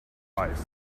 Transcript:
life